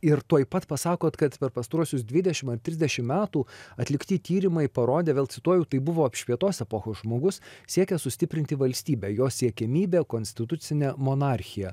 ir tuoj pat pasakot kad per pastaruosius dvidešimt ar trisdešimt metų atlikti tyrimai parodė vėl cituoju tai buvo apšvietos epochos žmogus siekęs sustiprinti valstybę jo siekiamybė konstitucinė monarchija